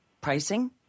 pricing